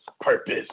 purpose